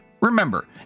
Remember